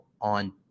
on